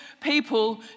people